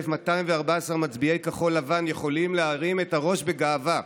1,151,214 מצביעי כחול לבן יכולים להרים את הראש בגאווה.